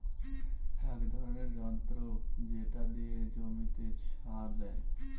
এক ধরনের যন্ত্র যেটা দিয়ে জমিতে সার দেয়